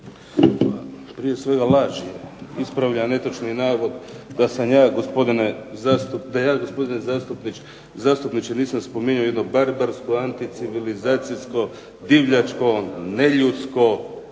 Prije svega laž je, ispravljam netočni navod da ja, gospodine zastupniče, nisam spominjao jedno barbarsko, anticivilizacijsko, divljačko, neljudsko